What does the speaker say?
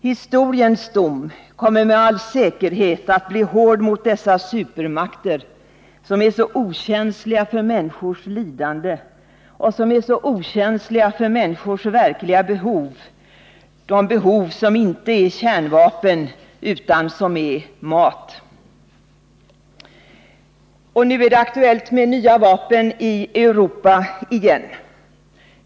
Historiens dom kommer med all säkerhet att bli hård mot dessa supermakter, som är så okänsliga för människors lidande och som är så okänsliga för människors verkliga behov, dvs. behov inte av kärnvapen utan av mat. Nu är det aktuellt med nya vapen i Europa igen.